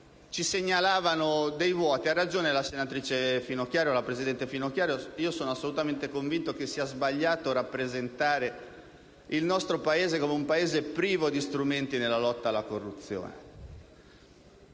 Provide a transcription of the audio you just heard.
ci segnalavano dei vuoti. Ha ragione la presidente Finocchiaro: io sono assolutamente convinto che sia sbagliato rappresentare il nostro come un Paese privo di strumenti per la lotta alla corruzione.